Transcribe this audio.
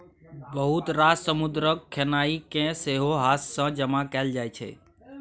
बहुत रास समुद्रक खेनाइ केँ सेहो हाथ सँ जमा कएल जाइ छै